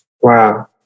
Wow